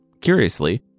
curiously